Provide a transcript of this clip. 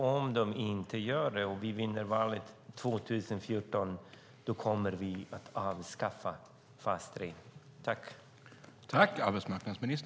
Om så inte sker och vi vinner valet 2014 kommer vi att avskaffa fas 3.